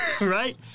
right